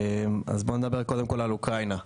בואו נדבר קודם כל על אוקראינה.